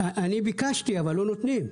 אני ביקשתי, אבל לא נותנים.